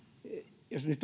jos nyt